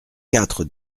quatre